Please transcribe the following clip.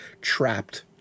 trapped